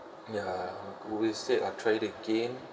ya always said I try it again